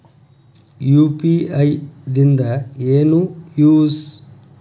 UPI ದಿಂದ ಏನು use?